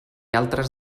altres